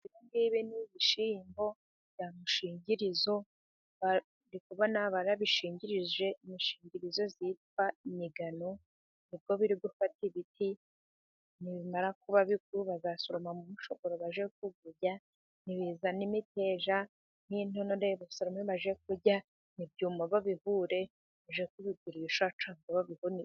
Ibi ngibi ni ibishyimbo bya mushingirizo, ndi kubona barabishingirije imishingirizo yitwa imigano, ni bwo biri gufata ibiti nibimara kuba bikuru bazasoromamo umushogoro bajye kuwurya, nibizana imiteja n'intonore basorome bajye kurya, nibyuma babihure bajye kubigurisha cyangwa babihunike.